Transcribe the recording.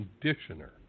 conditioner